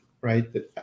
right